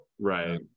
right